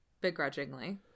begrudgingly